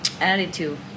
attitude